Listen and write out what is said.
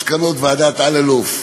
מסקנות ועדת אלאלוף,